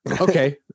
okay